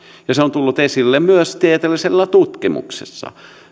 ja se on tullut esille myös tieteellisessä tutkimuksessa